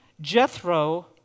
Jethro